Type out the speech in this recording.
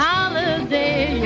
Holiday